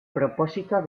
propósito